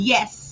Yes